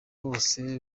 bose